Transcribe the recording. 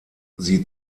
sie